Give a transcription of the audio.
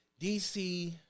dc